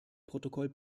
protokoll